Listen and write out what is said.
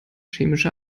chemische